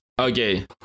Okay